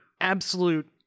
absolute